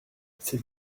ces